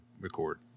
record